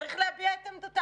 צריך להביע את עמדתו.